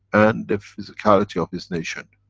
and the physicality of his nation.